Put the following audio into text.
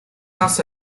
шанс